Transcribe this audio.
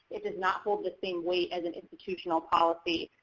it does not hold the same weight as an institution policy.